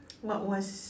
what was